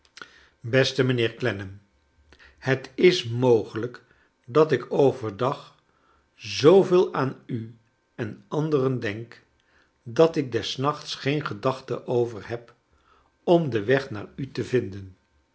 beste mijnheer clennam het is mogelijk dat ik overdag zooveel aan u en anderen denk dat ik des nachts geen gedachten over heb om den weg naar u te vinden